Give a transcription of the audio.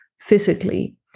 physically